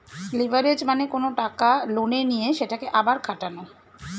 leverage মানে কোনো টাকা লোনে নিয়ে সেটাকে আবার খাটানো